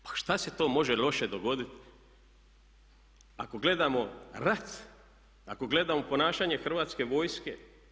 Pa šta se to može loše dogoditi ako gledamo rat, ako gledamo ponašanje hrvatske vojske.